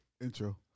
intro